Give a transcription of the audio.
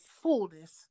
fullness